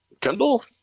Kendall